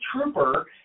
trooper